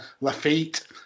Lafitte